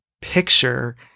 picture